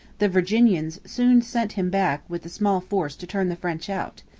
the virginians soon sent him back with a small force to turn the french out.